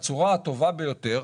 בצורה הטובה ביותר.